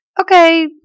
Okay